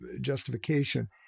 justification